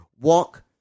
walk